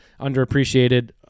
underappreciated